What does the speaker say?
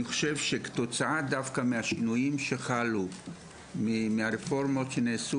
דווקא בגלל השינויים שחלו מהרפורמות שנעשו